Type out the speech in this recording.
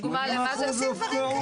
איך אתם עושים דברים כאלה?